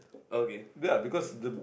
okay okay